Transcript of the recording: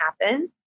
happen